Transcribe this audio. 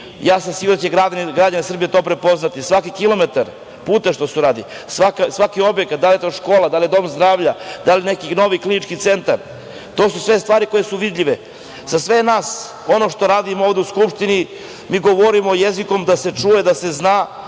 ja sam siguran da će građani Srbije to prepoznati. Svaki kilometar puta što se uradi, svaki objekat, da li je to škola, da li je dom zdravlja, da li je neki novi klinički centar, to su sve stvari koje su vidljive. Za sve nas ovde što radimo u Skupštini, mi govorimo jezikom da se čuje, da se zna,